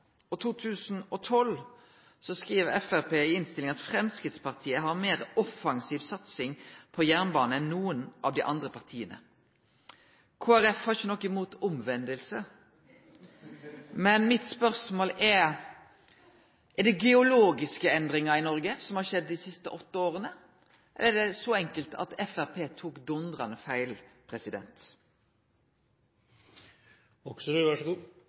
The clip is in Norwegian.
dag, 2012, skriv Framstegspartiet i innstillinga at dei har «en mer offensiv jernbanesatsing» enn nokon av dei andre partia. Kristeleg Folkeparti har ikkje noko imot omvending, men mitt spørsmål er: Har det skjedd geologiske endringar i Noreg dei siste åtte åra, eller er det så enkelt som at Framstegspartiet tok dundrande feil? Det som i hvert fall er sikkert, er at så